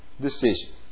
decision